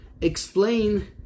explain